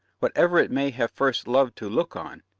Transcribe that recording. what ever it may have first loved to look on,